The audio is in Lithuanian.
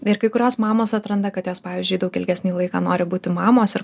ir kai kurios mamos atranda kad jos pavyzdžiui daug ilgesnį laiką nori būti mamos ir